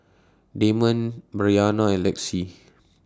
Damond Bryana and Lexi